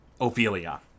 Ophelia